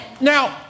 Now